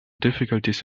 difficulties